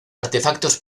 artefactos